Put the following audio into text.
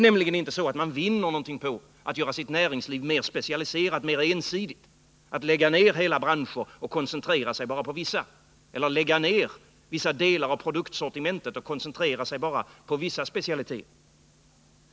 Man vinner nämligen ingenting på att göra sitt näringsliv mer specialiserat, mer ensidigt, på att lägga ner hela branscher och koncentrera sig bara på vissa eller på att lägga ner vissa delar av produktionssortimentet och koncentrera sig på vissa specialiteter.